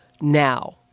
now